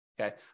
Okay